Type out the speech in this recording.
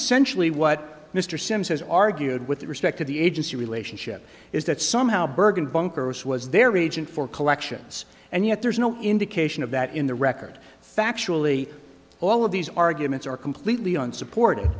essentially what mr sims has argued with respect to the agency relationship is that somehow bergen bunker was was their agent for collections and yet there's no indication of that in the record factually all of these arguments are completely unsupport